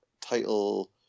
title